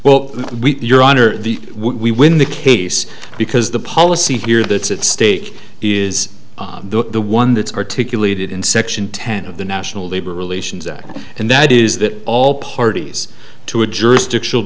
the we win the case because the policy here that's at stake is the one that's articulated in section ten of the national labor relations act and that is that all parties to a jurisdiction